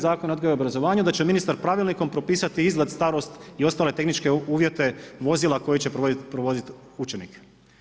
Zakona o odgoju i obrazovanju da će ministar pravilnikom propisati izgled, starost i ostale tehničke uvjete vozila koji će provoziti učenike.